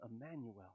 Emmanuel